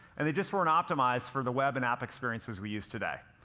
and they just weren't optimized for the web and app experiences we use today.